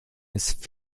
ist